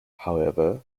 however